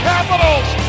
Capitals